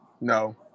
No